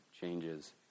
changes